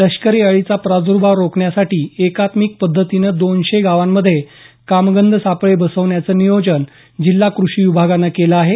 लष्करी अळीचा प्रादुर्भाव रोखण्यासाठी एकात्मिक पध्दतीनं दोनशे गावांमध्ये कामगंध सापळे बसवण्याचं नियोजन जिल्हा कृषी विभागानं केलं आहे